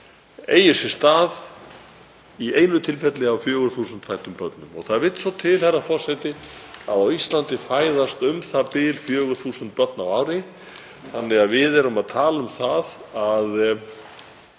eigi sér stað í einu tilfelli af 4.000 fæddum börnum. Og það vill svo til að á Íslandi fæðast u.þ.b. 4.000 börn á ári þannig að við erum að tala um að